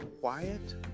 quiet